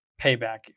payback